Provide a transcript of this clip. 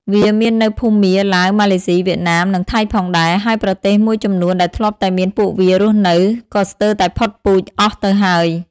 វាមាននៅភូមា ឡាវ ម៉ាឡេស៊ី វៀតណាម និងថៃផងដែរ ហើយប្រទេសមួយចំនួនដែលធ្លាប់តែមានពួកវារស់នៅ ក៏ស្ទើរតែផុតពូជអស់ទៅហើយ។